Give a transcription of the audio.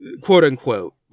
quote-unquote